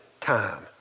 time